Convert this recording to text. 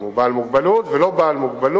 אם הוא בעל מוגבלות או לא בעל מוגבלות,